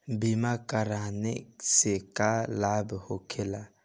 बीमा कराने से का लाभ होखेला?